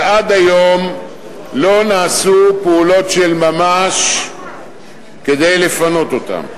ועד היום לא נעשו פעולות של ממש כדי לפנות אותם.